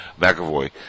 McAvoy